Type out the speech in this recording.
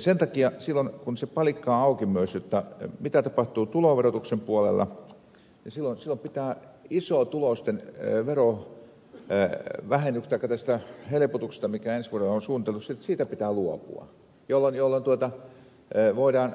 sen takia silloin kun se palikka on auki myös mitä tapahtuu tuloverotuksen puolella pitää isotuloisten verovähennyksestä tai tästä helpotuksesta mikä ensi vuodelle on suunniteltu luopua jolloin